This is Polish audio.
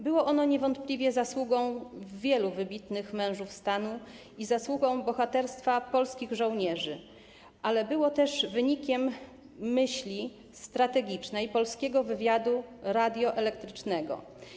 Było ono niewątpliwie zasługą wielu wybitnych mężów stanu i zasługą bohaterstwa polskich żołnierzy, ale było też wynikiem myśli strategicznej polskiego wywiadu radioelektrycznego.